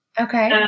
Okay